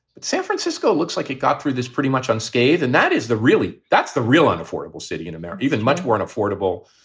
but san francisco looks like it got through this pretty much unscathed. and that is the really that's the real unaffordable city in america, even much more and affordable,